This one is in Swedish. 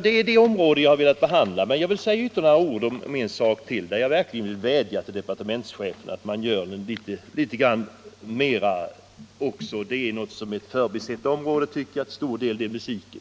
Det är det område jag velat behandla, men jag vill säga några ord om ytterligare en sak, där jag verkligen vill vädja till departementschefen att göra något mera åt ett, som jag tycker, förbisett område, och det är musiken.